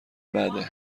بده